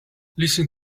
listen